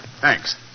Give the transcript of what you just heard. Thanks